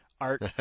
art